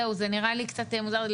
זהו, זה נראה לי קצת מוזר.